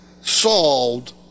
solved